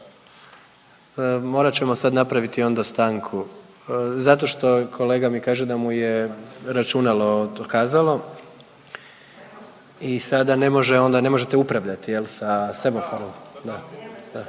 Morat ćemo sad napraviti onda stanku zato što kolega mi kaže da mu je računalo otkazalo i sada ne može onda, ne možete upravljati jel sa semaforom.